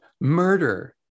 murder